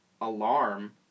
alarm